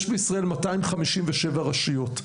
יש בישראל 257 רשויות.